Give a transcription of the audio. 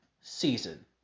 season